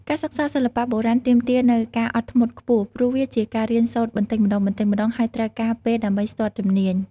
ការសិក្សាសិល្បៈបុរាណទាមទារនូវ ការអត់ធ្មត់ខ្ពស់ ព្រោះវាជាការរៀនសូត្របន្តិចម្ដងៗ ហើយត្រូវការពេលដើម្បីស្ទាត់ជំនាញ។